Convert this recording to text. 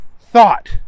thought